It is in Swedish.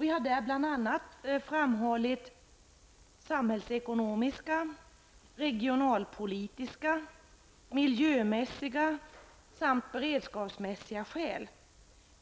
Vi har där bl.a. framhållit samhällsekonomiska, regionalpolitiska, miljömässiga samt beredskapsmässiga skäl.